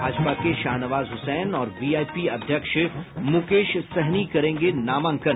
भाजपा के शाहनवाज हुसैन और वीआईपी अध्यक्ष मुकेश सहनी करेंगे नामांकन